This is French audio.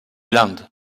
land